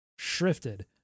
shrifted